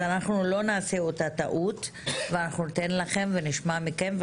אז אנחנו לא נעשה אותה טעות וניתן לכם לדבר ונשמע מכם.